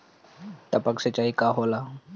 टपक सिंचाई का होला?